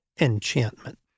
enchantment